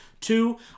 Two